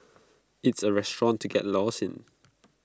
it's A restaurant to get lost in